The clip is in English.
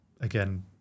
Again